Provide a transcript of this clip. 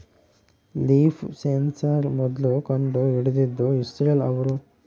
leaf sensor ಮೊದ್ಲು ಕಂಡು ಹಿಡಿದಿದ್ದು ಇಸ್ರೇಲ್ ಅವ್ರು